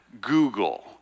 Google